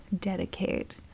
dedicate